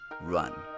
run